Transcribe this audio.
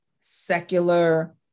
secular